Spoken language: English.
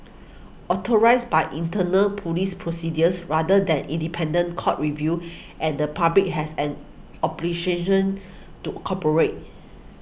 authorised by internal police procedures rather than independent court review and the public has an to cooperate